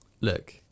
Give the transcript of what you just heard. Look